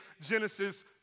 Genesis